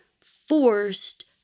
forced